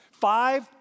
Five